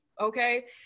Okay